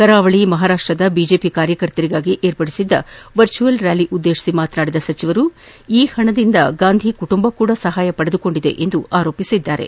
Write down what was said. ಕರಾವಳಿ ಮಹಾರಾಷ್ಟದ ಬಿಜೆಪಿ ಕಾರ್ಯಕರ್ತರಿಗಾಗಿ ಏರ್ಪಡಿಸಿದ್ದ ವರ್ಚುವಲ್ ರ್ಯಾಲಿಯನ್ನು ಉದ್ದೇಶಿಸಿ ಮಾತನಾಡಿದ ಅವರು ಈ ಹಣದಿಂದ ಗಾಂಧಿ ಕುಟುಂಬವೂ ಸಹಾಯ ಪಡೆದಿದೆ ಎಂದು ಹೇಳಿದ್ದಾರೆ